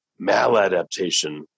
maladaptation